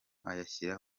ayashyira